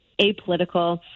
apolitical